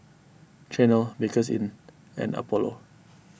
Chanel Bakerzin and Apollo